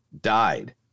died